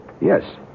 Yes